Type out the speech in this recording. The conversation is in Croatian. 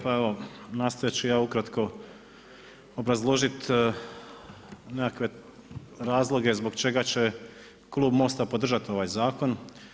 Pa evo nastojat ću ja ukratko obrazložiti nekakve razloge zbog čega će klub Most-a podržati ovaj zakon.